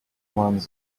ones